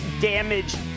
damaged